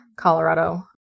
Colorado